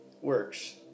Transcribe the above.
works